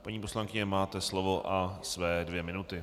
Paní poslankyně, máte slovo a své dvě minuty.